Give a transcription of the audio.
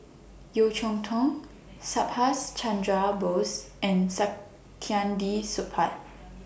Yeo Cheow Tong Subhas Chandra Bose and Saktiandi Supaat